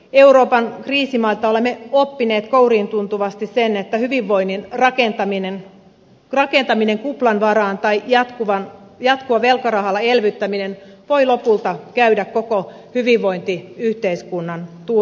euroopan kriisimailta olemme oppineet kouriintuntuvasti sen että hyvinvoinnin rakentaminen kuplan varaan tai jatkuva velkarahalla elvyttäminen voi lopulta käydä koko hyvinvointiyhteiskunnan turmioksi